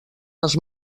les